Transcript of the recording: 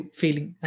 feeling